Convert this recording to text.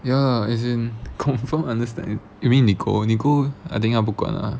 ya as in confirm understand you mean nicole nicole I think 她不管 lah